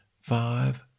five